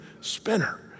spinner